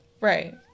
Right